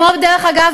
דרך אגב,